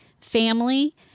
family